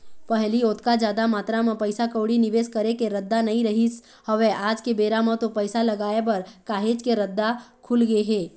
पहिली ओतका जादा मातरा म पइसा कउड़ी निवेस करे के रद्दा नइ रहिस हवय आज के बेरा म तो पइसा लगाय बर काहेच के रद्दा खुलगे हे